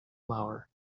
flour